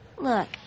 Look